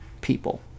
people